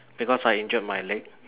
because I injured my leg